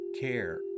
care